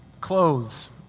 Clothes